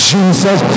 Jesus